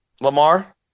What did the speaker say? Lamar